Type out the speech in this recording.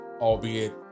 albeit